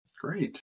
Great